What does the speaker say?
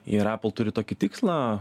ir epul turi tokį tikslą